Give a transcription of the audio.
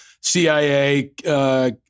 CIA